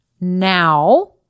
now